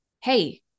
Hey